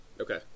okay